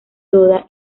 toda